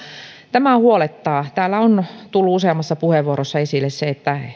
tämä huolettaa täällä on tullut useammassa puheenvuorossa esille se että